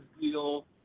deal